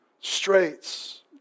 straits